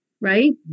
Right